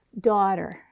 Daughter